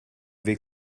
weg